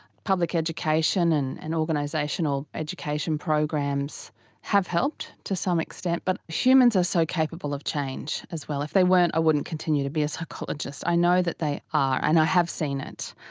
public education and and organisational education programs have helped to some extent, but humans are so capable of change as well. if they weren't, i wouldn't continue to be a psychologist. i know that they are and i have seen it,